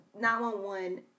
911